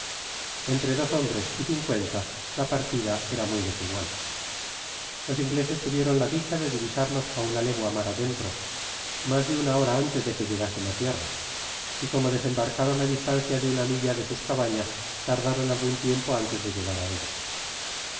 entre dos hombres y cincuenta la partida era muy desigual los ingleses tuvieron la dicha de divisarlos á una legua mar adentro mas de una hora antes de que llegasen á tierra y como desembarcaron á distan cia de una milla de sus cabañas tardaron algun tiempo antes do llegar á ellas